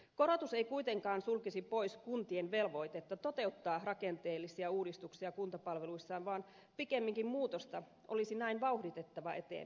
korotus ei kuitenkaan sulkisi pois kuntien velvoitetta toteuttaa rakenteellisia uudistuksia kuntapalveluissaan vaan pikemminkin muutosta olisi näin vauhditettava eteenpäin